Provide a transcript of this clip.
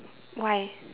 why